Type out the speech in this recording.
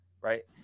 right